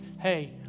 hey